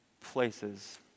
places